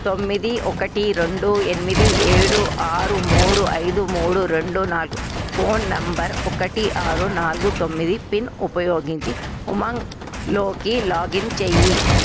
తొమ్మిది ఒకటి రెండు ఎనిమిది ఏడు ఆరు మూడు ఐదు మూడు రెండు నాలుగు ఫోన్ నంబర్ ఒకటి ఆరు నాలుగు తొమ్మిది పిన్ ఉపయోగించి ఉమాంగ్లోకి లాగిన్ చెయ్యి